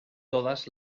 todas